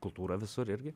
kultūrą visur irgi